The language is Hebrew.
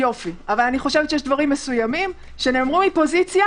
אבל אני חושבת שיש דברים שנאמרו מפוזיציה,